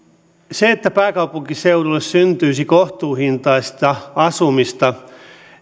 se että pääkaupunkiseudulle syntyisi kohtuuhintaista asumista